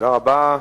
תודה רבה.